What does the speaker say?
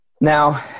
Now